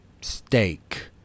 steak